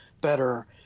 better